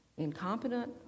Incompetent